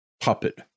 puppet